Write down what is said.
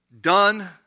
done